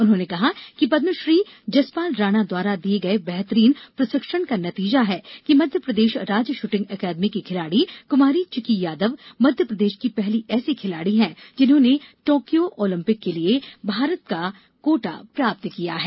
उन्होंने कहा कि पद्मश्री श्री जसपाल राणा द्वारा दिये गये बेहतरीन प्रशिक्षण का नतीजा है कि मं प्र राज्य श्रृटिंग अकादमी की खिलाड़ी कु चिकी यादव मप्र की पहली ऐसी खिलाड़ी है जिन्होंने टोकयो ऑलम्पिक के लिये भारत का कोटा प्राप्त किया है